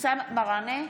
אבתיסאם מראענה,